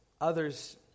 others